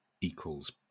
equals